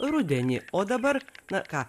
rudenį o dabar na ką